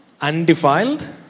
Undefiled